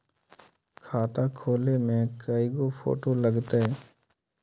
खाता खोले में कइगो फ़ोटो लगतै?